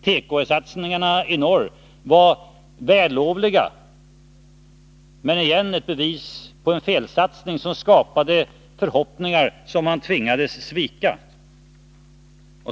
Tekosatsningarna i norr var vällovliga, men igen ett bevis på en felsatsning som skapade förhoppningar som man tvingades svika.